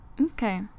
Okay